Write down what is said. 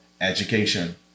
education